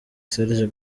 serge